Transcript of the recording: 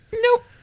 Nope